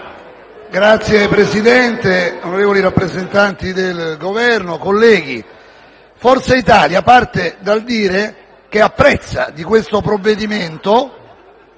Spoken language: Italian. Signor Presidente, onorevoli rappresentanti del Governo, colleghi, Forza Italia comincia col dire che apprezza, di questo provvedimento,